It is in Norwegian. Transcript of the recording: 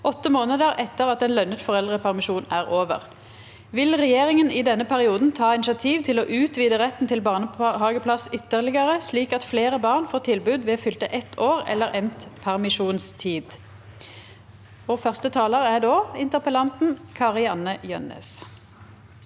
åtte måneder etter at en lønnet foreldrepermisjon er over. Vil regjeringen i denne perioden ta initiativ til å utvide retten til barnehageplass ytterligere, slik at flere barn får tilbud ved fylte ett år eller endt permisjonstid?» Kari-Anne Jønnes